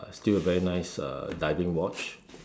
still very nice uh diving watch